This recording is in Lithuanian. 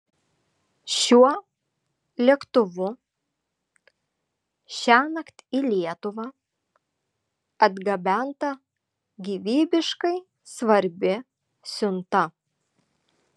šiuo lėktuvu šiąnakt į lietuvą atgabenta gyvybiškai svarbi siunta